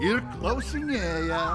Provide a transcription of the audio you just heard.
ir klausinėja